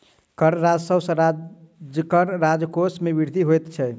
कर राजस्व सॅ सरकारक राजकोश मे वृद्धि होइत छै